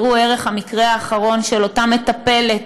ראו ערך המקרה האחרון של אותה מטפלת